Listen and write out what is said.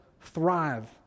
thrive